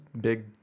big